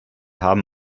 haben